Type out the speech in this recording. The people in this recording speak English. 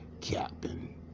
Captain